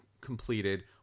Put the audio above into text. completed